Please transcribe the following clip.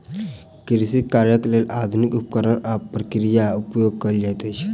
कृषि कार्यक लेल आधुनिक उपकरण आ प्रक्रिया उपयोग कयल जाइत अछि